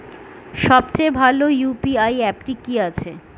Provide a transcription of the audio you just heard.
সবচেয়ে ভালো ইউ.পি.আই অ্যাপটি কি আছে?